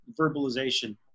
verbalization